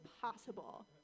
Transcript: possible